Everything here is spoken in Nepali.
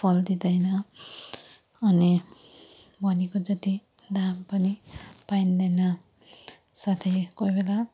फल दिँदैन अनि भनेको जति दाम पनि पाइँदैन साथै कोही बेला